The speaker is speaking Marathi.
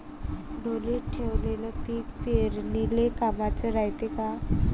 ढोलीत ठेवलेलं पीक पेरनीले कामाचं रायते का?